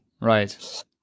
Right